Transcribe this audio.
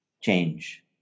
change